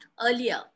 earlier